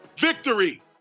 victory